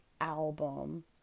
album